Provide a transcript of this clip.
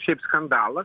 šiaip skandalą